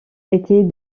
étaient